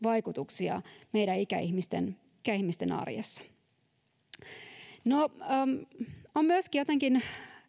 vaikutuksia ikäihmisten ikäihmisten arjessa no on myöskin jotenkin